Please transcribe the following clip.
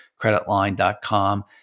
creditline.com